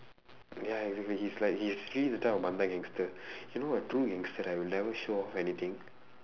ya exactly he's like he's he's the type of gangster you know a true gangster right will never show off anything